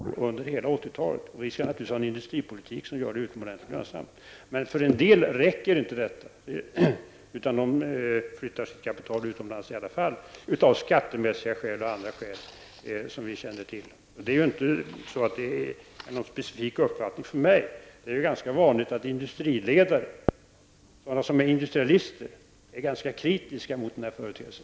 Herr talman! Vi har haft en situation där det har förekommit stora investeringar i Sverige både av svenska företag och också av utländska investerare. Det tyder på att det har varit ett ganska bra klimat i Sverige. Vi har haft rekordökningar när det gäller investeringar under hela 80-talet. Vi skall naturligtvis ha en industripolitik som gör det utomordentligt lönsamt. För en del räcker inte detta, utan de flyttar i alla fall sitt kapital utomlands av skattemässiga skäl och andra skäl som vi känner till. Det är ingen uppfattning som är specifik för mig. Det är ganska vanligt att industriledare, industrialister, är ganska kritiska mot den här företeelsen.